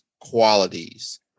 qualities